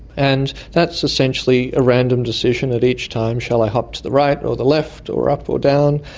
and that's essentially a random decision at each time shall i hop to the right or the left or up or down?